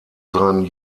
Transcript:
seinen